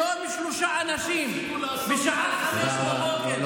היום, שלושה אנשים, בשעה 05:00, תודה רבה.